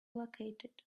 located